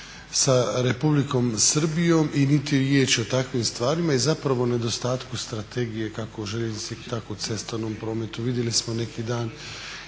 Hvala vam